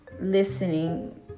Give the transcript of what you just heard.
listening